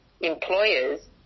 employers